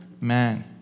man